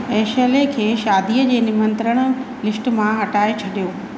Ashley खे शादीअ जे निमंत्रण लिस्ट मां हटाइ छॾियो